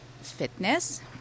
fitness